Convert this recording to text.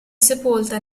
sepolta